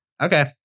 Okay